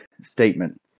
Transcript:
statement